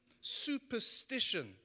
Superstition